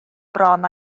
bron